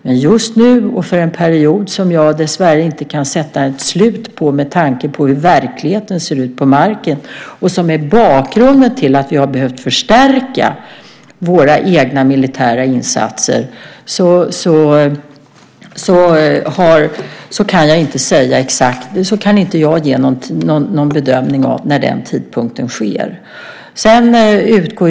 Men just nu och för en period som jag dessvärre inte kan se slutet på med tanke på hur verkligheten ser ut på marken är det så här. Detta är bakgrunden till att vi har behövt förstärka våra egna militära insatser. Men jag kan inte göra någon bedömning när det gäller tidpunkten.